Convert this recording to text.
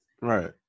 Right